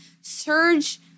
surge